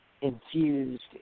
infused